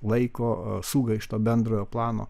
laiko sugaišta bendrojo plano